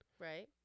Right